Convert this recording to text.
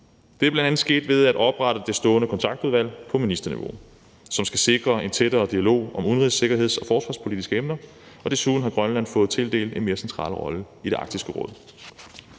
Det er bl.a. sket ved at oprette det stående kontaktudvalg på ministerniveau, som skal sikre en tættere dialog om udenrigs-, sikkerheds- og forsvarspolitiske emner, og desuden har Grønland fået tildelt en mere central rolle i Arktisk Råd.